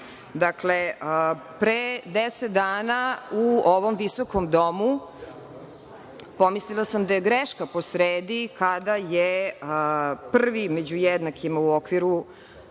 pravu. Dakle, pre deset dana u ovom visokom domu, pomislila sam da je greška po sredi, kada je prvi među jednakima u okviru